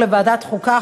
לוועדת החוקה,